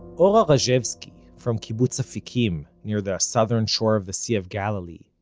ora ah rajevsky, from kibbutz afikim, near the southern shore of the sea of galilee,